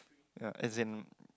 ya as in